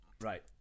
Right